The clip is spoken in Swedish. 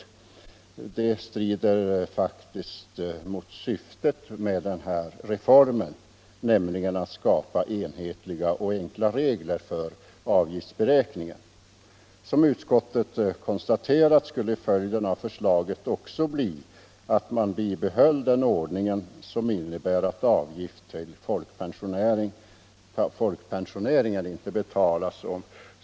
Det strider faktiskt mot syftet med den här reformen, nämligen att skapa enhetliga och enkla regler för avgiftsberäkningen. Som utskottet konstaterat skulle följden av ett bifall till förslaget också bli att man bibehöll en ordning som innebär att avgifterna till folkpensioneringen inte betalades.